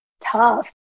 tough